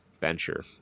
venture